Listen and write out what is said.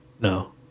No